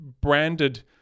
branded